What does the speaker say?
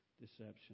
deception